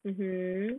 mmhmm